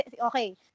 Okay